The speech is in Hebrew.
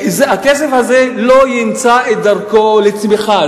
הכסף הזה לא ימצא את דרכו לצמיחה.